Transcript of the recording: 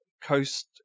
Coast